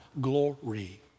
glory